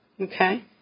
okay